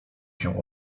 się